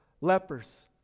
lepers